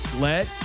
Let